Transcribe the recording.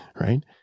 right